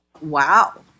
wow